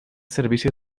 servicio